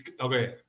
okay